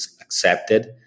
accepted